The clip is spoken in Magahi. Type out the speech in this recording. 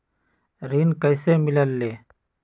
ऋण कईसे मिलल ले?